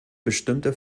bestimmte